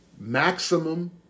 maximum